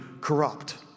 corrupt